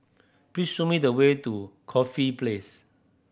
please show me the way to Corfe Place